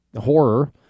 horror